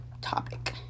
topic